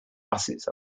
buses